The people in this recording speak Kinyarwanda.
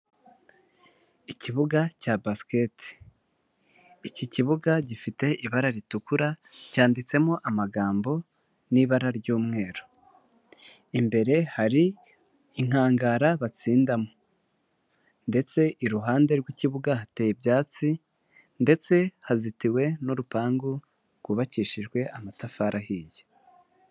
Ikibuga cya basiketi, Iki kibuga gifite ibara ritukura cyanditsemo amagambo n'ibara ry'umweru. Imbere hari inkangara batsindamo ndetse iruhande rw'ikibuga hateye ibyatsi ndetse hazitiwe n'urupangu rwubakishijwe amatafari ahiye.